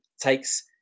takes